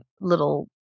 little